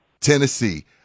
Tennessee